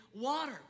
water